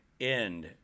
end